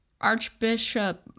archbishop